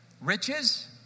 riches